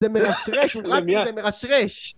זה מרשרש, הוא רץ וזה מרשרש!